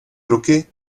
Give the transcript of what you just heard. ruky